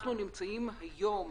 אנחנו נמצאים היום